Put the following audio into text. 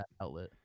outlet